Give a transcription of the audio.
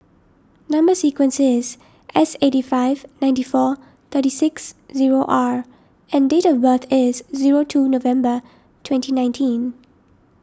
Number Sequence is S eighty five ninety four thirty six zero R and date of birth is zero two November twenty nineteen